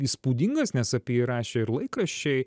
įspūdingas nes apie jį rašė ir laikraščiai